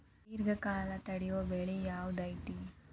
ದೇರ್ಘಕಾಲ ತಡಿಯೋ ಬೆಳೆ ಯಾವ್ದು ಐತಿ?